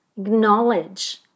acknowledge